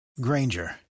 Granger